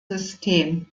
system